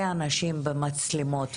אני יודעת שההוראה כללה,